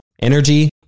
energy